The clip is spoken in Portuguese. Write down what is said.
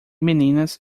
meninas